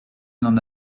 n’en